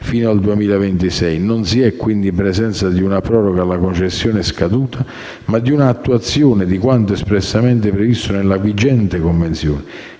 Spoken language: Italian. non si è quindi in presenza di una proroga alla concessione scaduta ma di attuazione di quanto espressamente previsto nella convenzione